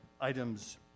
items